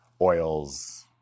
oils